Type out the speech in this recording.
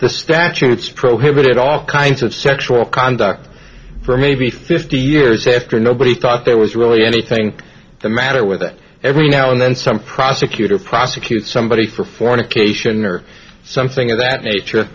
the statutes prohibited all kinds of sexual conduct for maybe fifty years after nobody thought there was really anything the matter with it every now and then some prosecutor prosecute somebody for fornication or something of that nature